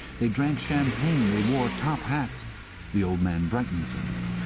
they drank champagne, they wore top hats the old man brightened suddenly.